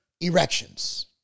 erections